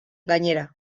gainera